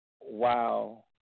wow